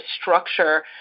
structure